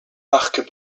parcs